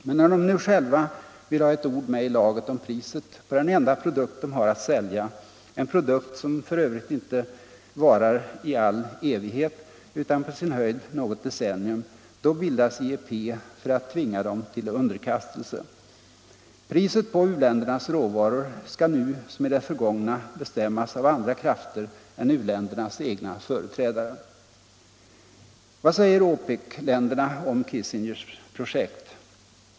Men när de nu själva vill ha ett ord med i laget om priset på den enda produkt de har att sälja, en produkt som för övrigt inte varar i all evighet utan på sin höjd något decennium, då bildas IEP för att tvinga dem till underkastelse. Priset på u-ländernas råvaror skall nu som i det förgångna bestämmas av andra krafter än u-ländernas egna företrädare. Vad säger OPEC-länderna om Kissingers projekt?